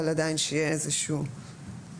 אבל עדיין שיהיה איזשהו מינימום.